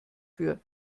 für